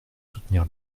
soutenir